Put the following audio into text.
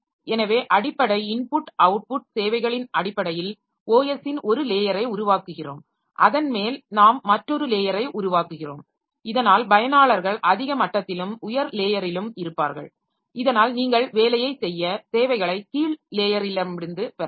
எனவே அடிப்படை input output சேவைகளின் அடிப்படையில் OS ன் ஒரு லேயரை உருவாக்குகிறோம் அதன் மேல் நாம் மற்றொரு லேயரை உருவாக்குகிறோம் இதனால் பயனாளர்கள் அதிக மட்டத்திலும் உயர் லேயரிலும் இருப்பார்கள் இதனால் நீங்கள் வேலையைச் செய்ய சேவைகளை கீழ் லேயரிகளிலிருந்து பெறலாம்